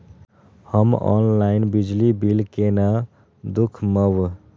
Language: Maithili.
हम ऑनलाईन बिजली बील केना दूखमब?